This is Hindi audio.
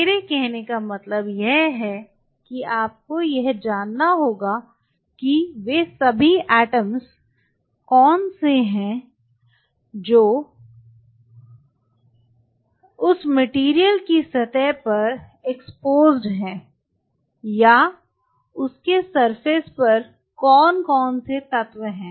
मेरे कहने का मतलब यह है कि आपको यह जानना होगा कि वे सभी एटम्स कौन से हैं जो उस मटेरियल की सतह पर एक्सपोज्ड हैं या उसके सरफेस पर कौन कौन से तत्व हैं